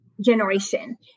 generation